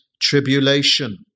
tribulation